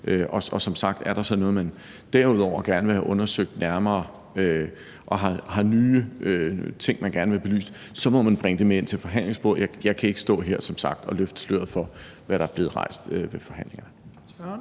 så som sagt noget, man derudover gerne vil have undersøgt nærmere, og har man nye ting, man gerne vil have belyst, må man bringe det med ind til forhandlingsbordet. Jeg kan som sagt ikke stå her og løfte sløret for, hvad der er blevet rejst ved forhandlingerne.